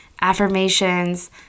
affirmations